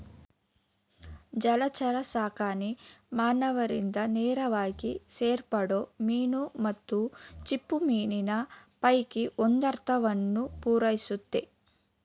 ಜಲಚರಸಾಕಣೆ ಮಾನವರಿಂದ ನೇರವಾಗಿ ಸೇವಿಸಲ್ಪಡೋ ಮೀನು ಮತ್ತು ಚಿಪ್ಪುಮೀನಿನ ಪೈಕಿ ಒಂದರ್ಧವನ್ನು ಪೂರೈಸುತ್ತೆ